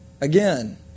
again